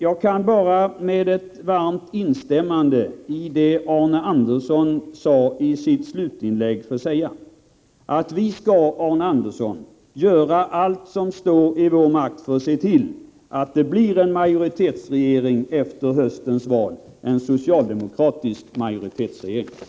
Jag kan med ett varmt instämmande i det Arne Andersson i Ljung sade i sitt slutinlägg säga: Vi skall, Arne Andersson, göra allt som står i vår makt för att se till att det blir en majoritetsregering efter höstens val — en socialdemokratisk majoritetsregering.